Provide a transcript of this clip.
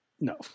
No